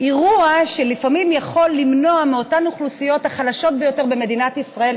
אירוע שלפעמים יכול למנוע מאותן האוכלוסיות החלשות ביותר במדינת ישראל,